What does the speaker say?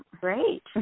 Great